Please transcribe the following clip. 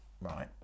Right